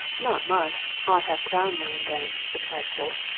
naught much odd half-crown now and then, replied polke.